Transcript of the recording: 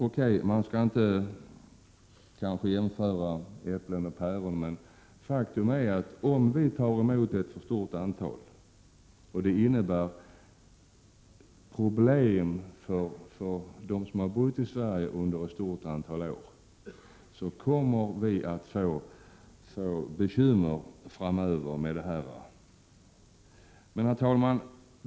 Okej, man skall inte jämföra äpplen och päron, men faktum är att om vi tar emot ett stort antal flyktingar och det innebär problem för dem som har bott i Sverige under ett stort antal år, kommer vi framöver att få bekymmer.